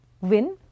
Win